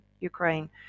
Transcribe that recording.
Ukraine